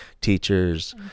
teachers